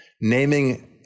naming